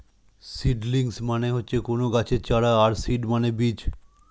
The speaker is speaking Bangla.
সিডলিংস মানে হচ্ছে কোনো গাছের চারা আর সিড মানে বীজ